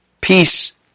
peace